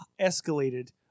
escalated